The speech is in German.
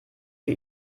für